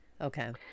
okay